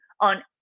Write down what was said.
on